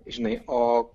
žinai o